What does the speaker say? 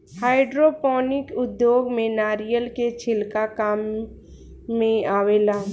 hydroponic उद्योग में नारिलय के छिलका काम मेआवेला